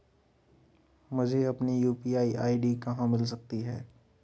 मुझे अपनी UPI ID कहां मिल सकती है?